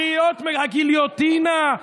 גיליוטינה.